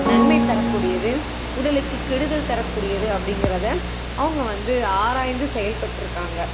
நன்மை தரக்கூடியது உடலுக்கு கெடுதல் தரக்கூடியது அப்படிங்கிறத அவங்க வந்து ஆராய்ந்து செயல்பட்டுருக்காங்க